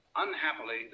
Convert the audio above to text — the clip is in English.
Unhappily